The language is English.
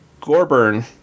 Gorburn